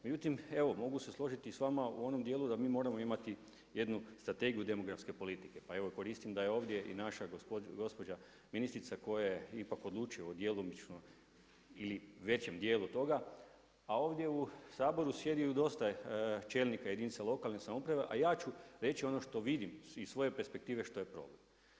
Međutim evo mogu se složiti sa vama u onom dijelu da mi moramo imati jednu Strategiju demografske politike, pa evo koristim da je ovdje i naša gospođa ministrica koja je ipak odlučila djelomično ili u većem dijelu toga a ovdje u Saboru sjedi dosta čelnika jedinica lokalne samouprave a ja ću reći ono što vidim iz svoje perspektive što je problem.